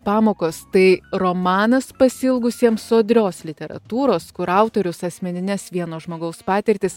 pamokos tai romanas pasiilgusiem sodrios literatūros kur autorius asmenines vieno žmogaus patirtis